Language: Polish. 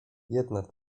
jedna